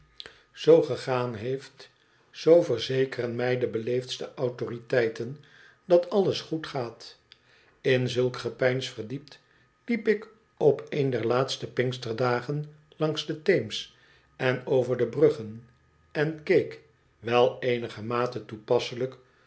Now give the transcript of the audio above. zoo gegaan heeft zoo verzekeren mij de beleefdste autoriteiten dat alles goed gaat in zulk gepeins verdiept liep ik op een deilaatste pinksterdagen langs den teems en over de bruggen en keek wel eenigermate toepasselijk